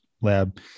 lab